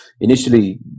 initially